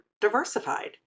diversified